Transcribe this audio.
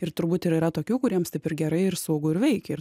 ir turbūt ir yra tokių kuriems taip ir gerai ir saugu ir veikia ir